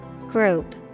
Group